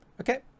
Okay